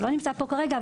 שלא נמצא פה כרגע,